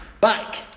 Back